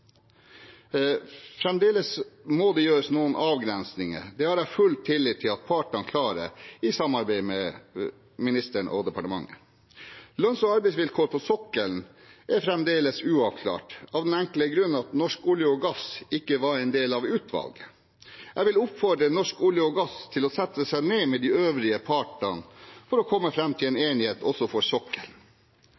Fremdeles må det gjøres noen avgrensninger. Det har jeg full tillit til at partene klarer, i samarbeid med ministeren og departementet. Lønns- og arbeidsvilkår på sokkelen er fremdeles uavklart, av den enkle grunn at Norsk olje og gass ikke var en del av utvalget. Jeg vil oppfordre Norsk olje og gass til å sette seg ned med de øvrige partene for å komme fram til en